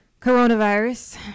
coronavirus